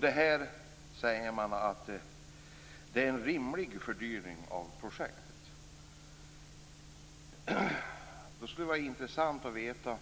Det anses vara en rimlig fördyring av projektet. Det skulle vara intressant att få veta